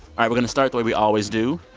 ah we're going to start the way we always do.